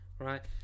Right